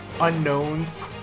unknowns